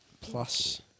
Plus